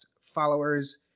followers